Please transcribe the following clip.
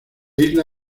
isla